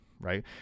right